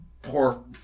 Poor